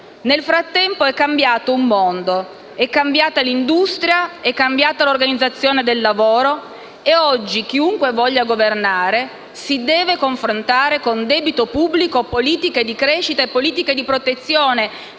Nel frattempo è cambiato un mondo, è cambiata l'industria, è cambiata l'organizzazione del lavoro e, oggi, chiunque voglia governare si deve confrontare con debito pubblico, politiche di crescita e politiche di protezione.